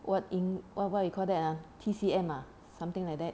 what in what what you call that ah T_C_M ha something like that